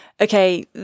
okay